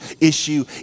issue